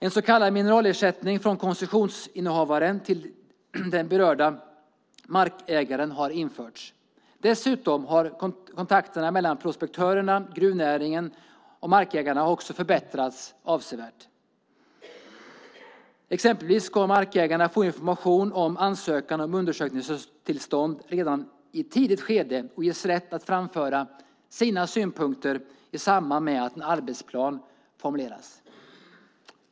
En så kallad mineralersättning från koncessionsinnehavaren till den berörda markägaren har införts. Dessutom har kontakterna mellan prospektörerna, gruvnäringen och markägarna förbättrats avsevärt. Exempelvis ska markägarna få information om ansökan om undersökningstillstånd redan i ett tidigt skede och ges rätt att framföra sina synpunkter i samband med att en arbetsplan formuleras.